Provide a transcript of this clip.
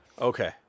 Okay